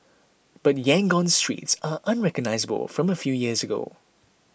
but Yangon's streets are unrecognisable from a few years ago